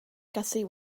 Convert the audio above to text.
gussie